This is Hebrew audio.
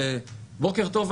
בוקר טוב,